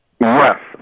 Yes